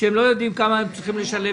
שלא יודעים כמה הם צריכים לשלם,